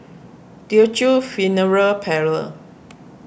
Teochew Funeral Parlour